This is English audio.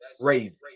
crazy